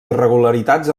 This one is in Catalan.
irregularitats